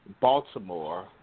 Baltimore